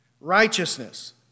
righteousness